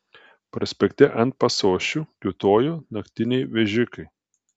prospekte ant pasosčių kiūtojo naktiniai vežikai